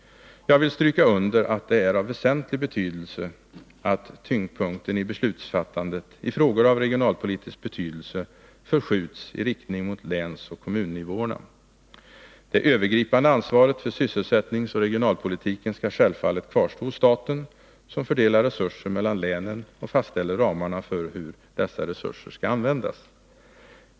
Jag vill stryka under att det är av väsentlig betydelse att tyngdpunkten i beslutsfattandet i frågor av regionalpolitisk betydelse förskjuts i riktning mot länsoch kommunnivåerna. Det övergripande ansvaret för sysselsättningsoch regionalpolitiken skall självfallet kvarstå hos staten, som fördelar resurser mellan länen och fastställer ramarna för hur dessa resurser skall användas.